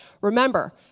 Remember